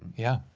yeah.